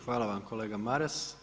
Hvala vam kolega Maras.